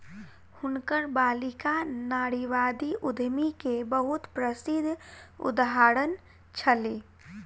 हुनकर बालिका नारीवादी उद्यमी के बहुत प्रसिद्ध उदाहरण छली